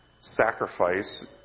sacrifice